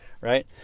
right